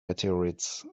meteorites